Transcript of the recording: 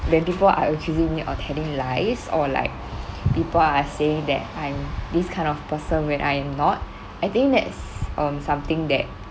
when people are accusing me of telling lies or like people are saying that I'm this kind of person when I'm not I think that's um something that